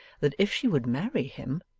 that if she would marry him,